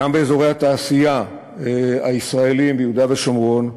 גם באזורי התעשייה הישראליים ביהודה ושומרון,